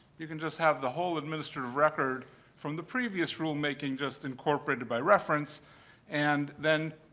you could just have the whole administrative record from the previous rulemaking just incorporated by reference and then,